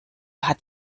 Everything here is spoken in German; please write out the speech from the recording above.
hat